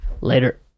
Later